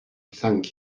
thank